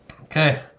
Okay